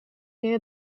near